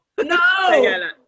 No